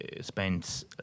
spent